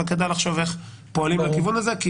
אבל כדאי לחשוב איך פועלים בכיוון הזה.